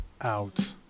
out